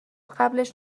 قبلش